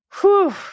Whew